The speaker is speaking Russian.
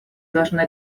должны